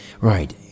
right